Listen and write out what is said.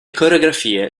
coreografie